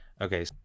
okay